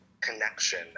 connection